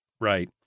Right